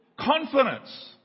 confidence